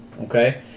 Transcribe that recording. Okay